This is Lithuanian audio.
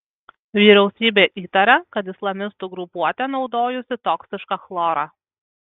vyriausybė įtaria kad islamistų grupuotė naudojusi toksišką chlorą